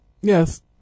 Yes